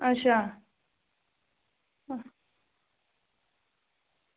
अच्छा